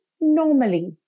normally